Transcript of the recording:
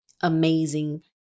amazing